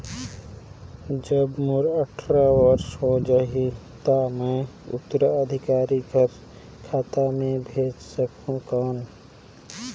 जब मोर अट्ठारह वर्ष हो जाहि ता मैं उत्तराधिकारी कर खाता मे भेज सकहुं कौन?